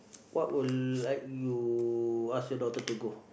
what will I like you ask your daughter to go